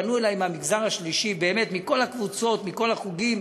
פנו אלי מהמגזר השלישי, מכל הקבוצות, מכל החוגים.